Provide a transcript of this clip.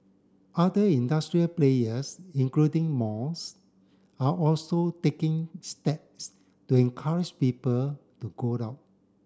other industrial players including malls are also taking steps to encourage people to go out